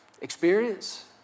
experience